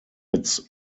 its